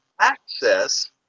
access